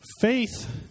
Faith